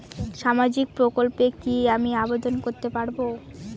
সামাজিক প্রকল্পে কি আমি আবেদন করতে পারবো?